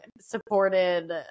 supported